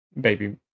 Baby